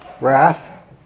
wrath